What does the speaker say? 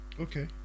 okay